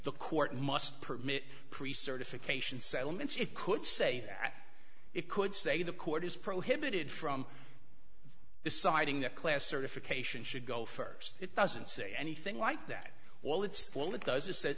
the court must permit pre certified cation settlements it could say that it could say the court is prohibited from deciding that class certification should go st it doesn't say anything like that well it's one that does just